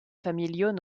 familiaux